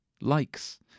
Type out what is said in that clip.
likes